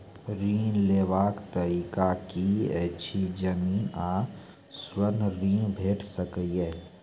ऋण लेवाक तरीका की ऐछि? जमीन आ स्वर्ण ऋण भेट सकै ये?